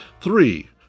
Three